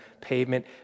pavement